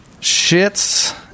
Shits